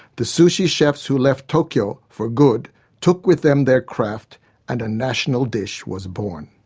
the sushi chefs who left tokyo for good took with them their craft and a national dish was born.